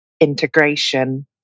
integration